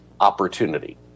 Opportunity